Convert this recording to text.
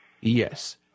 Yes